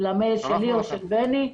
למייל שלי או של בני.